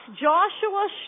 Joshua